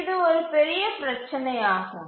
இது ஒரு பெரிய பிரச்சினையாகும்